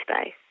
space